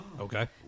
Okay